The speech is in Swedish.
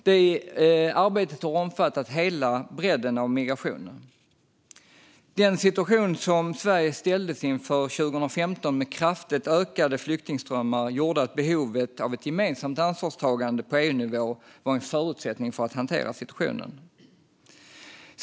Detta arbete har omfattat hela bredden av migration. Den situation som Sverige ställdes inför 2015 med kraftigt ökade flyktingströmmar gjorde att behovet av ett gemensamt ansvarstagande på EUnivå var en förutsättning för att hantera situationen.